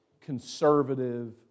conservative